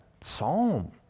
psalm